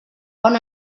bon